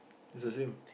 is the same